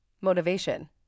motivation